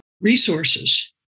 resources